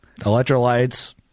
electrolytes